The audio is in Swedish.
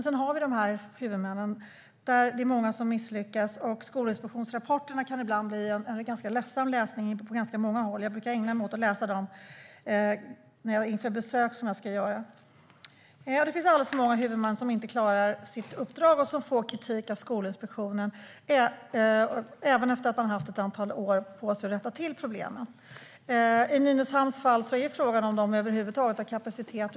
Sedan finns många huvudmän som misslyckas. Skolinspektionsrapporterna kan ibland bli en ledsam läsning. Jag brukar ägna mig åt att läsa dem inför besök som jag ska göra. Det finns alldeles för många huvudmän som inte klarar sitt uppdrag och som får kritik av Skolinspektionen, även efter det att skolan har fått ett antal år på sig att rätta till problemen. I Nynäshamns fall är frågan om det över huvud taget finns kapacitet.